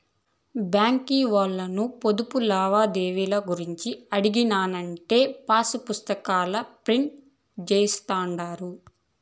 బాంకీ ఓల్లను పొదుపు లావాదేవీలు గూర్చి అడిగినానంటే పాసుపుస్తాకాల ప్రింట్ జేస్తుండారు